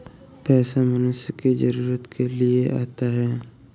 पैसा मनुष्य की जरूरत के लिए आता है